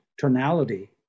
tonality